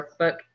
Workbook